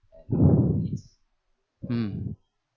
mm